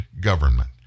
government